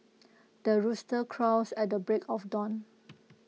the rooster crows at the break of dawn